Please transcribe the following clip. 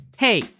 Hey